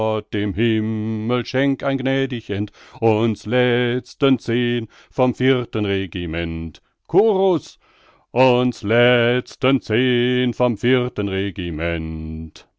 ein gnädig end uns letzten zehn vom vierten regiment chorus uns letzten zehn vom vierten regiment